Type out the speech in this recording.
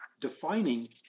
defining